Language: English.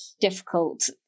difficult